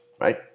right